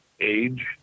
age